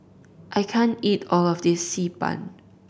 I can't eat all of this Xi Ban